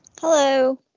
Hello